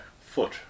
foot